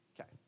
Okay